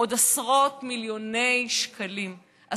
עוד עשרות מיליוני שקלים,